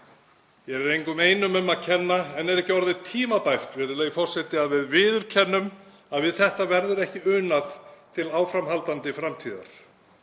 Hér er engum einum um að kenna en er ekki orðið tímabært, virðulegi forseti, að við viðurkennum að við þetta verður ekki unað til áframhaldandi framtíðar?